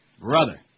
Brother